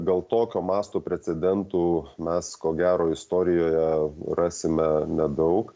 gal tokio masto precedentų mes ko gero istorijoje rasime nedaug